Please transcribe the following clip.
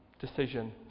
decision